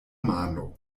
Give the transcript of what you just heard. mano